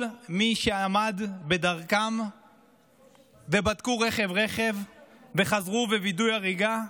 מי שעמד בדרכם ובדקו רכב-רכב וחזרו ווידאו הריגה.